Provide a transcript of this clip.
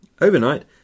Overnight